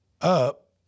up